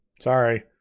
Sorry